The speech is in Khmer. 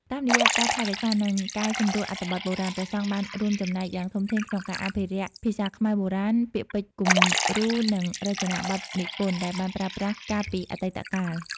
តាមរយៈការថែរក្សានិងកែសម្រួលអត្ថបទបុរាណ ព្រះសង្ឃបានរួមចំណែកយ៉ាងធំធេងក្នុងការអភិរក្សភាសាខ្មែរបុរាណ ពាក្យពេចន៍គំរូ និងរចនាបថនិពន្ធដែលបានប្រើប្រាស់កាលពីអតីតកាល។